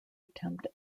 attempt